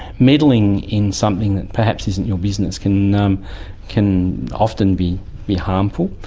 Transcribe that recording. meddling in something that perhaps isn't your business can um can often be be harmful.